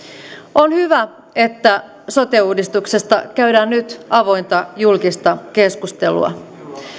on hyvä että sote uudistuksesta käydään nyt avointa julkista keskustelua